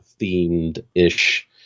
themed-ish